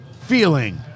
feeling